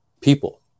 people